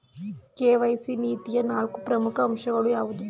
KYC ನೀತಿಯ ನಾಲ್ಕು ಪ್ರಮುಖ ಅಂಶಗಳು ಯಾವುವು?